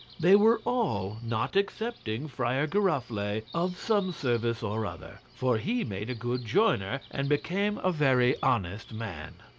they were all, not excepting friar giroflee, of some service or other for he made a good joiner, and became a very honest man.